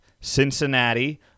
Cincinnati